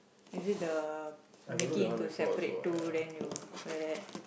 is it the making into separate two then you like that